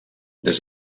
des